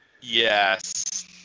Yes